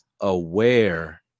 aware